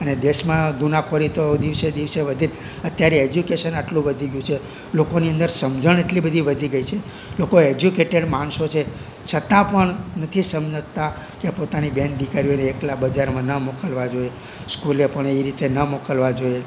અને દેશમાં ગુનાખોરી તો દિવસે દિવસે વધે અત્યારે એજ્યુકેશન આટલું વધી ગયું છે લોકોની અંદર સમજણ એટલી બધી વધી ગઈ છે લોકો એજ્યુકેટેડ માણસો છે છતા પણ નથી સમજતા કે પોતાની બેન દીકરીઓને એકલા બજારમાં ન મોકલવા જોઈએ સ્કૂલે પણ એ રીતે ન મોકલવા જોઈએ